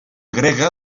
grega